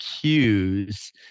cues